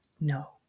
no